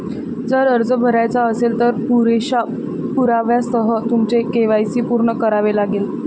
जर अर्ज भरायचा असेल, तर पुरेशा पुराव्यासह तुमचे के.वाय.सी पूर्ण करावे लागेल